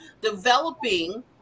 developing